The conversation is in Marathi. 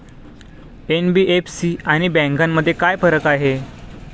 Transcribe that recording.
एन.बी.एफ.सी आणि बँकांमध्ये काय फरक आहे?